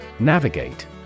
Navigate